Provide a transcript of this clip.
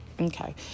okay